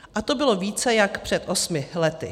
A to bylo více jak před osmi lety.